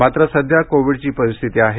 मात्र सध्या कोविडची परिस्थिती आहे